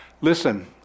Listen